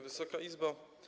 Wysoka Izbo!